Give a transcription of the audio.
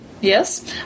Yes